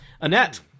Annette